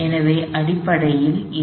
எனவே அடிப்படையில் இது